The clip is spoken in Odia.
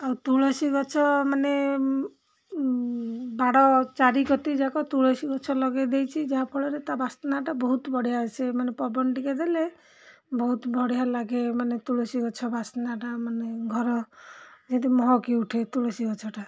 ଆଉ ତୁଳସୀ ଗଛ ମାନେ ବାଡ଼ ଚାରି କତିଯାକ ତୁଳସୀ ଗଛ ଲଗେଇ ଦେଇଛି ଯାହାଫଳରେ ତା' ବାସ୍ନାଟା ବହୁତ ବଢ଼ିଆ ସେ ମାନେ ପବନ ଟିକିଏ ଦେଲେ ବହୁତ ବଢ଼ିଆ ଲାଗେ ମାନେ ତୁଳସୀ ଗଛ ବାସ୍ନାଟା ମାନେ ଘର ଯେମିତି ମହକି ଉଠେ ତୁଳସୀ ଗଛଟା